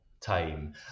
time